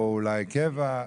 או אולי קבע.